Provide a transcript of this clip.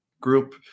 group